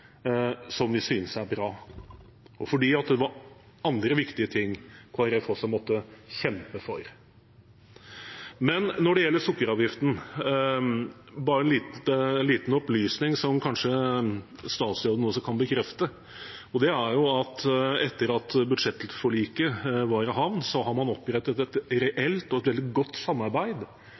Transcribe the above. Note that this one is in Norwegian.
som vi synes er bra – og fordi det var andre viktige ting Kristelig Folkeparti også måtte kjempe for. Men når det gjelder sukkeravgiften, bare en liten opplysning som kanskje også statsråden kan bekrefte: Etter at budsjettforliket var i havn, har man opprettet et reelt og veldig godt samarbeid